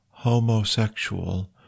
homosexual